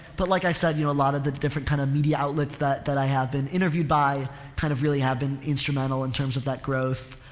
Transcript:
but like i said, you know, a lot of the different kind of media outlets that, that i have been interviewed by kind of really have been instrumental in terms of that growth.